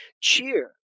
Cheer